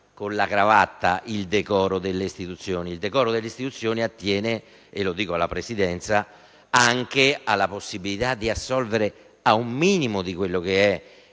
Il decoro delle istituzioni attiene - e lo dico alla Presidenza - anche alla possibilità di assolvere a un minimo delle